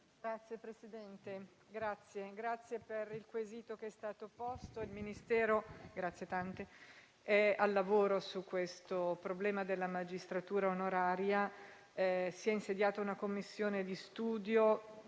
Signor Presidente, grazie per il quesito che è stato posto. Il Ministero è al lavoro sul problema della magistratura onoraria. Si è insediata una commissione di studio